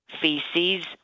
feces